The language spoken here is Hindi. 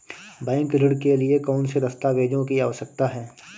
बैंक ऋण के लिए कौन से दस्तावेजों की आवश्यकता है?